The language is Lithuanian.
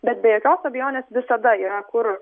bet be jokios abejonės visada yra kur